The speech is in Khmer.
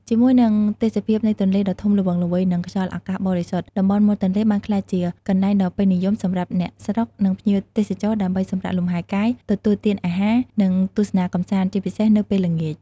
ជាមួយនឹងទេសភាពនៃទន្លេដ៏ធំល្វឹងល្វើយ និងខ្យល់អាកាសបរិសុទ្ធ តំបន់មាត់ទន្លេបានក្លាយជាកន្លែងដ៏ពេញនិយមសម្រាប់អ្នកស្រុក និងភ្ញៀវទេសចរដើម្បីសម្រាកលំហែកាយ ទទួលទានអាហារ និងទស្សនាកម្សាន្ត ជាពិសេសនៅពេលល្ងាច។